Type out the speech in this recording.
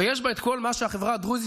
יש בה את כל מה שהחברה הדרוזית,